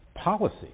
Policy